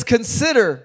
Consider